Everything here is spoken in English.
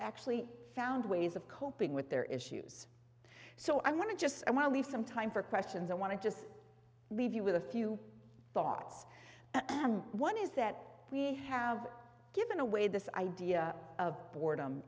actually found ways of coping with their issues so i want to just i want to leave some time for questions i want to just leave you with a few thoughts one is that we have given away this idea of boredom